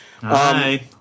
Hi